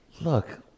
Look